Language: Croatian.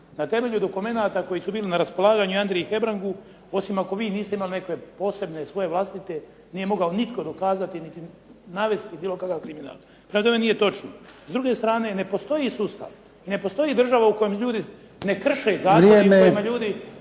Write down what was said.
Na temelju dokumenata koji su bili na raspolaganju Andriji Hebrangu, osim ako vi niste imali neke posebne i svoje vlastite, nije mogao nitko dokazati niti navesti bilo kakav kriminal. Prema tome, nije točno. S druge strane ne postoji sustav, ne postoji država u kojoj ljudi ne krše zakon, i u kojima ljudi